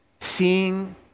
seeing